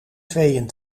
tweeën